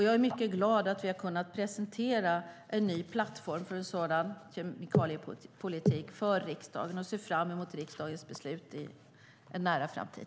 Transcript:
Jag är mycket glad att vi har kunnat presentera en ny plattform för en sådan kemikaliepolitik för riksdagen och ser fram emot riksdagens beslut i en nära framtid.